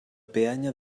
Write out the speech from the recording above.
peanya